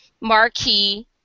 marquee